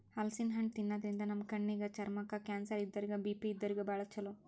ಹಲಸಿನ್ ಹಣ್ಣ್ ತಿನ್ನಾದ್ರಿನ್ದ ನಮ್ ಕಣ್ಣಿಗ್, ಚರ್ಮಕ್ಕ್, ಕ್ಯಾನ್ಸರ್ ಇದ್ದೋರಿಗ್ ಬಿ.ಪಿ ಇದ್ದೋರಿಗ್ ಭಾಳ್ ಛಲೋ